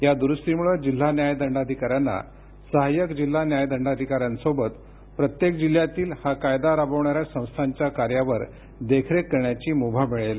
या दुरुस्तीमुळे जिल्हा न्याय दंडाधिकाऱ्यांना सहाय्यक जिल्हा न्याय दंडाधिकाऱ्यांसोबत प्रत्येक जिल्ह्यातील हा कायदा राबविणाऱ्या संस्थांच्या कार्यावर देखरेख करण्याची मुभा मिळेल